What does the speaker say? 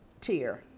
tier